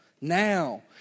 now